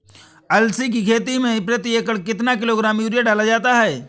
अलसी की खेती में प्रति एकड़ कितना किलोग्राम यूरिया डाला जाता है?